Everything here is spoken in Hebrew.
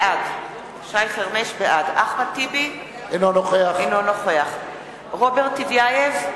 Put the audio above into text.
בעד אחמד טיבי, אינו נוכח רוברט טיבייב,